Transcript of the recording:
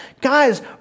Guys